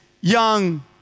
young